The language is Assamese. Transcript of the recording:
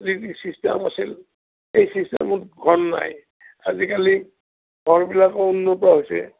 যি যি ছিষ্টেম আছিল সেই ছিষ্টেমত ঘৰ নাই আজিকালি ঘৰবিলাকো উন্নত হৈছে